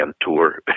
Tour